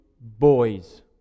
boys